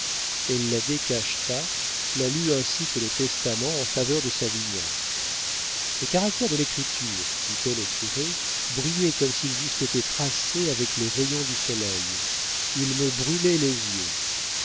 elle la décacheta la lut ainsi que le testament en faveur de savinien les caractères de l'écriture dit-elle au curé brillaient comme s'ils eussent été tracés avec les rayons du soleil ils me brûlaient les yeux